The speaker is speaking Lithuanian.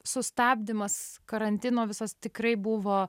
sustabdymas karantino visos tikrai buvo